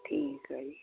ਠੀਕ ਆ ਜੀ